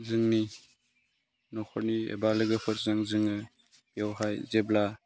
जोंनि न'खरनि एबा लोगोफोरजों जोङो बेवहाय जेब्ला